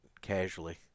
Casually